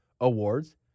Awards